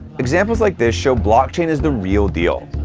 examples like this show blockchain is the real deal.